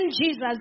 Jesus